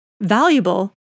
valuable